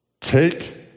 Take